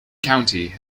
county